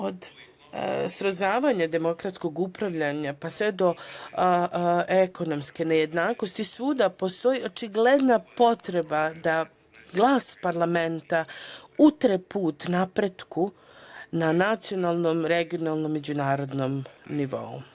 Od srozavanja demokratskog upravljanja, pa sve do ekonomske nejednakosti, svuda postoji očigledna potreba da glas parlamenta utre put napretku na nacionalnom regionalnom međunarodnom nivou.